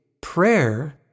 prayer